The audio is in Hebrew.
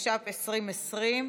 התש"ף 2020,